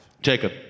Jacob